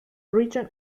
region